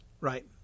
right